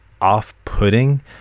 off-putting